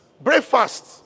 Breakfast